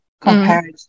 compared